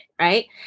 right